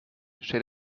steht